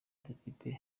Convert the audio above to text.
depite